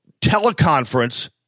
teleconference